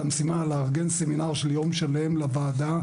המשימה לארגן סמינר של יום שלם לוועדה,